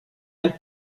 ein